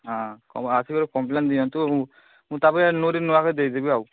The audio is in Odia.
ହଁ ଆସିକରି କମ୍ପ୍ଲେନ୍ ଦିଅନ୍ତୁ ମୁଁ ତା'ପରେ ଦେଇଦେବି ଆଉ